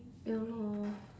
ya lor